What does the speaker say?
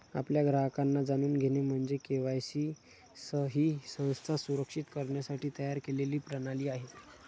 आपल्या ग्राहकांना जाणून घेणे म्हणजे के.वाय.सी ही संस्था सुरक्षित करण्यासाठी तयार केलेली प्रणाली आहे